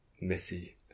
Missy